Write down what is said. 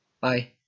Bye